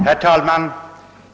Herr talman!